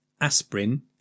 aspirin